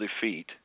defeat